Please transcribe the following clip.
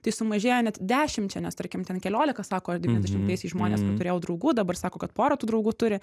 tai sumažėjo net dešimčia nes tarkim ten keliolika sako devyniasdešimtaisiais žmonės turėjau draugų dabar sako kad porą tų draugų turi